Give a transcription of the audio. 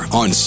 on